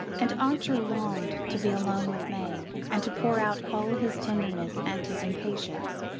and archer longed to be alone with may, and to pour out all his tenderness and his impatience.